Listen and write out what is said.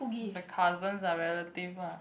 the cousins are relative ah